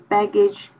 Baggage